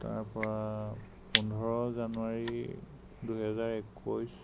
তাৰপৰা পোন্ধৰ জানুৱাৰী দুহেজাৰ একৈছ